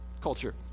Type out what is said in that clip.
culture